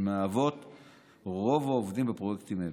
שהן רוב העובדים בפרויקטים אלה.